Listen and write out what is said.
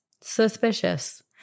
Suspicious